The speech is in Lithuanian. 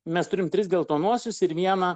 mes turim tris geltonuosius ir vieną